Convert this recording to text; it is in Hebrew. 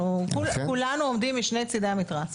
אנחנו כולנו עומדים משני צדי המתרס.